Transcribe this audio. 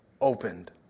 opened